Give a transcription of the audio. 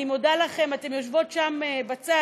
אני מודה לכן, אתן יושבות שם בצד,